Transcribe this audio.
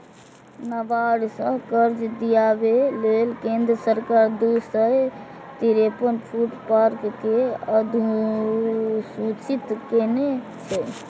नाबार्ड सं कर्ज दियाबै लेल केंद्र सरकार दू सय तिरेपन फूड पार्क कें अधुसूचित केने छै